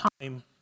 time